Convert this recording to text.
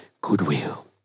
goodwill